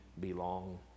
belong